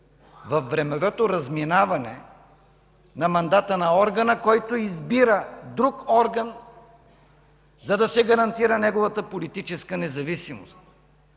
времевото разминаване на мандата на органа, който избира друг орган, за да се гарантира неговата политическа независимост,